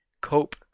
cope